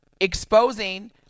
exposing